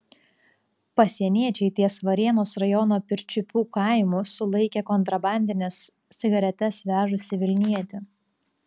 pasieniečiai ties varėnos rajono pirčiupių kaimu sulaikė kontrabandines cigaretes vežusį vilnietį